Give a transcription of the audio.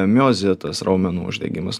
miozitas raumenų uždegimas